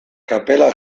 kapela